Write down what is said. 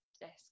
desk